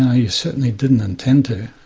ah you certainly didn't intend to,